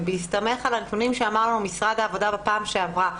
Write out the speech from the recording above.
ובהסתמך על הנתונים שאמר לנו משרד העבודה בפעם שעברה,